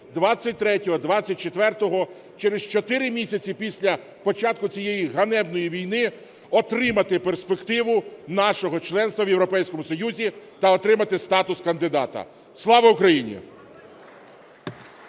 23-24-го, через 4 місяці після початку цієї ганебної війни, отримати перспективу нашого членства в Європейському Союзі та отримати статус кандидата. Слава Україні!